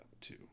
two